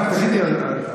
תודה רבה.